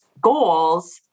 goals